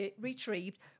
retrieved